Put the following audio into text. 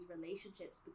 relationships